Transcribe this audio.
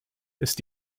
ist